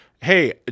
hey